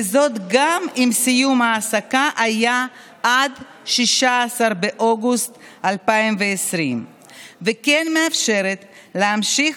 וזאת גם אם סיום ההעסקה היה עד 16 באוגוסט 2020. כן היא מאפשרת להמשיך